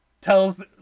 Tells